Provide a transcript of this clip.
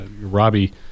Robbie